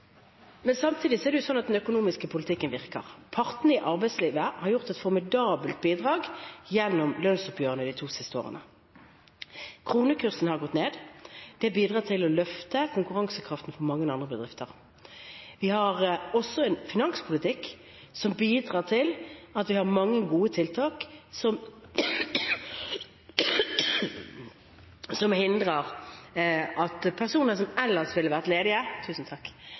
gjort et formidabelt bidrag gjennom lønnsoppgjørene de to siste årene. Kronekursen har gått ned. Det bidrar til å løfte konkurransekraften for mange andre bedrifter. Vi har også en finanspolitikk som bidrar til at vi har mange gode tiltak som sikrer at personer som ellers ville vært ledige,